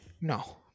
No